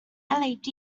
led